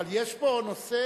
אבל יש פה נושא